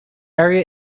bury